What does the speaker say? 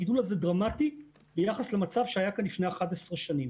הגידול הזה דרמטי ביחס למצב שהיה כאן לפני 11 שנים.